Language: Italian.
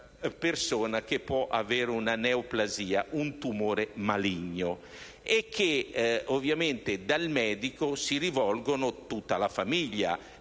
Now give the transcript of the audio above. persona che può avere una neoplasia, un tumore maligno. Ovviamente, al medico si rivolge tutta la famiglia,